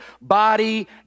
body